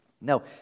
No